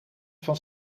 van